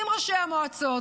עם ראשי המועצות,